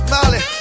Molly